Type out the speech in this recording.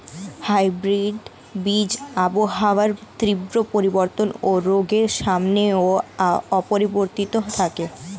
hybrid বীজ আবহাওয়ার তীব্র পরিবর্তন ও রোগের সামনেও অপরিবর্তিত থাকে